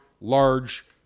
large